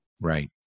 Right